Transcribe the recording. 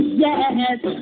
yes